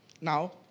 Now